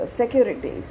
security